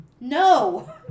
No